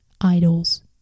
idols